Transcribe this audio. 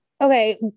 okay